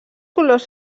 colors